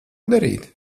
darīt